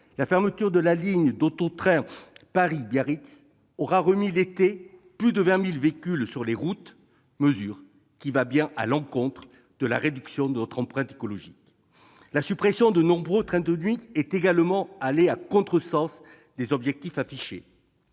la fermeture de la ligne d'auto-train Paris-Biarritz aura remis chaque été plus de 20 000 véhicules sur les routes. Cette mesure va bien à l'encontre de la réduction de l'empreinte écologique. La suppression de nombreux trains de nuit est également allée à contresens des objectifs affichés.